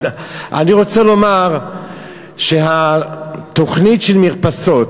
אני רוצה לומר שהתוכנית של המרפסות,